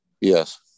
Yes